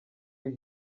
iri